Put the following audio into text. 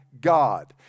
God